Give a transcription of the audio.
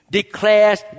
Declares